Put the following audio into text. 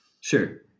Sure